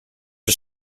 are